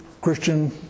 Christian